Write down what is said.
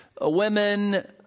women